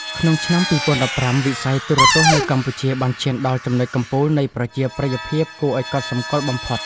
ក្នុងឆ្នាំ ២០១៥ វិស័យទូរទស្សន៍នៅកម្ពុជាបានឈានដល់ចំណុចកំពូលនៃប្រជាប្រិយភាពគួរឱ្យកត់សម្គាល់បំផុត។